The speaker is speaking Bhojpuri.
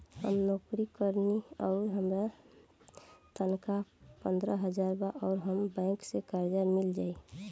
हम नौकरी करेनी आउर हमार तनख़ाह पंद्रह हज़ार बा और हमरा बैंक से कर्जा मिल जायी?